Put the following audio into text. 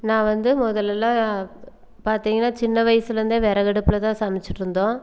நான் வந்து முதலல்லாம் பார்த்தீங்கன்னா சின்ன வயசுலேருந்து விறகடுப்பில் தான் சமைச்சிட்டு இருந்தோம்